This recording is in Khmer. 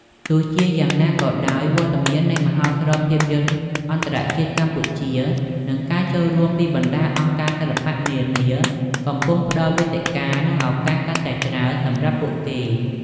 ទោះជាយ៉ាងណាក៏ដោយ វត្តមាននៃមហោស្រពភាពយន្តអន្តរជាតិកម្ពុជា និងការចូលរួមពីបណ្ដាអង្គការសិល្បៈនានា កំពុងផ្ដល់វេទិកា និងឱកាសកាន់តែច្រើនសម្រាប់ពួកគេ។